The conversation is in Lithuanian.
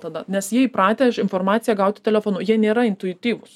tada nes jie įpratę informaciją gauti telefonu jie nėra intuityvūs